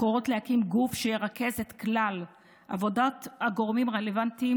הקוראות להקים גוף שירכז את כלל עבודת הגורמים הרלוונטיים,